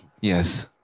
Yes